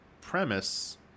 premise